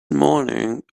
morning